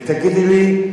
ותגידי לי,